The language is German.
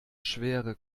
schwere